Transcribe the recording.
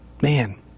Man